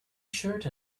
shirt